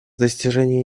достижения